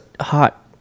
hot